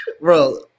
Bro